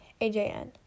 AJN